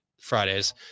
fridays